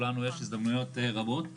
לנו יש הזדמנויות רבות,